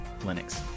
Linux